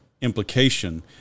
implication